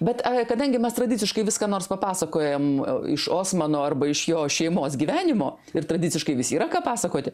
bet kadangi mes tradiciškai viską nors papasakojam iš osmano arba iš jo šeimos gyvenimo ir tradiciškai vis yra ką pasakoti